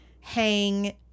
hang